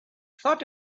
thought